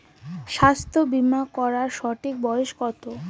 স্বাস্থ্য বীমা করার সঠিক বয়স কত?